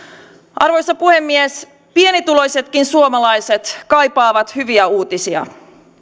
arvoisa puhemies pienituloisetkin suomalaiset kaipaavat hyviä uutisia